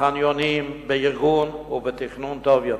בחניונים, בארגון ובתכנון טוב יותר.